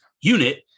unit